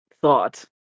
thought